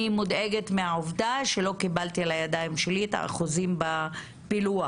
אני מודאגת מהעובדה שלא קיבלו לידיים שלי את האחוזים בפילוח,